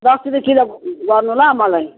दस रुप्पे किलो गर्नु ल मलाई